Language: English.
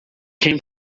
came